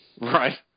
Right